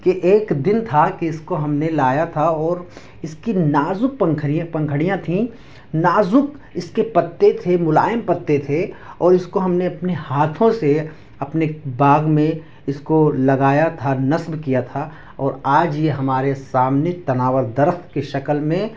کہ ایک دن تھا کہ اس کو ہم نے لایا تھا اور اس کی نازک پنکھڑیاں پنکھڑیاں تھیں نازک اس کے پتے تھے ملائم پتے تھے اور اس کو ہم نے اپنے ہاتھوں سے اپنے باغ میں اس کو لگایا تھا نصب کیا تھا اور آج یہ ہمارے سامنے تناور درخت کی شکل میں